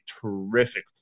terrific